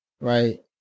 right